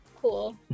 cool